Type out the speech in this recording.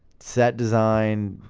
set design,